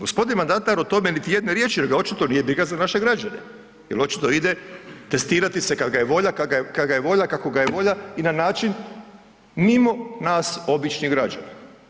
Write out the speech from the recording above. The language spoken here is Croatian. Gospodin mandatar o tome niti jedne riječi jer ga očito nije briga za naše građane, jel očito ide testirati se kad ga je volja, kad ga je volja, kako ga je volja i na način mimo nas običnih građana.